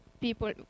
people